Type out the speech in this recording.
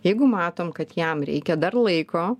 jeigu matom kad jam reikia dar laiko